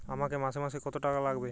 আমাকে মাসে মাসে কত টাকা লাগবে?